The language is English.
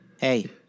Hey